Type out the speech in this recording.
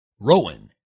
Rowan